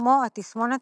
כמו התסמונת